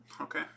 Okay